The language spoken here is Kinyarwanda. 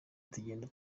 tugenda